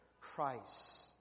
Christ